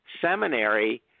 seminary